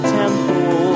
temple